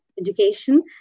education